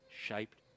shaped